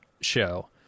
show